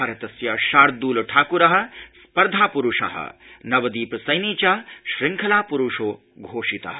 भारतस्य शार्दल ठाक्रः स्पर्धा प्रुषः नवदीप सैनी च श्रङ्खला पुरुषो घोषितः